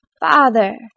Father